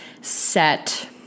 set